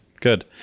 good